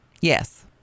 Yes